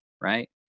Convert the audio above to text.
right